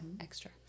extra